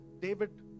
David